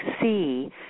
see